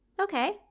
Okay